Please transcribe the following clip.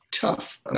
tough